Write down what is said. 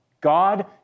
God